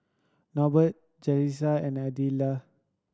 Norbert Jasiah and Adella